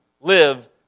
live